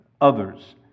others